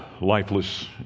lifeless